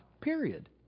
period